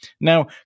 Now